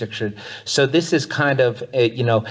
diction so this is kind of a you know